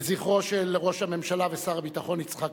לזכרו של ראש הממשלה ושר הביטחון יצחק